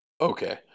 okay